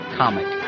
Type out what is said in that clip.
comic